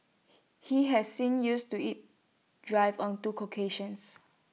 he has sing used to IT drive on two occasions